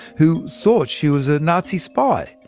who thought she was a nazi spy.